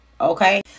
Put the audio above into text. okay